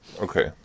Okay